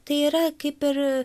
tai yra kaip ir